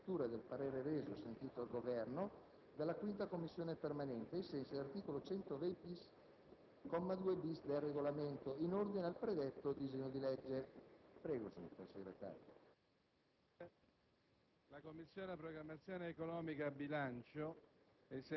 del giorno reca comunicazioni del Presidente, ai sensi dell'articolo 126-*bis*, comma 2-*bis*, del Regolamento, in ordine ad disegno di legge n. 1920, recante: «Interventi per la qualità e la sicurezza del Servizio sanitario nazionale.